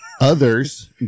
Others